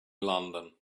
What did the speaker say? london